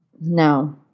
no